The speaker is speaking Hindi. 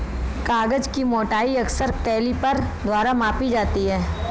कागज की मोटाई अक्सर कैलीपर द्वारा मापी जाती है